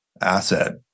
asset